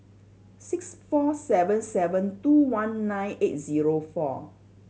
six four seven seven two one nine eight zero four